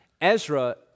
Ezra